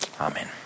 Amen